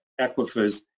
aquifers